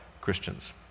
Christians